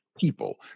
people